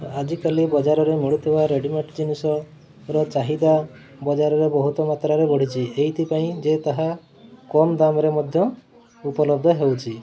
ଆଜିକାଲି ବଜାରରେ ମିଳୁଥିବା ରେଡ଼ିମେଡ଼୍ ଜିନିଷର ଚାହିଦା ବଜାରରେ ବହୁତ ମାତ୍ରାରେ ବଢ଼ିଛି ଏଇଥିପାଇଁ ଯେ ତାହା କମ୍ ଦାମରେ ମଧ୍ୟ ଉପଲବ୍ଧ ହେଉଛି